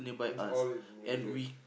it's all in Malaysia